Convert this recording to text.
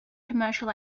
commercial